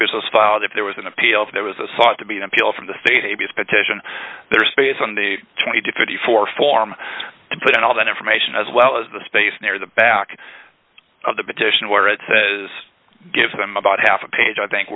was filed if there was an appeal if there was a saw to be an appeal from the state a b s petition their space on the twenty to fifty four form to put in all that information as well as the space near the back of the petition where it says give them about half a page i think